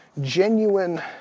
genuine